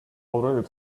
already